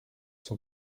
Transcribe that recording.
son